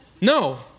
No